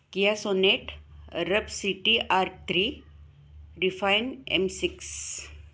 Kia Sonet ruf C T R three refine M six